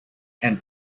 and